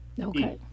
Okay